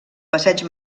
passeig